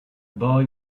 boy